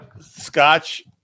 Scotch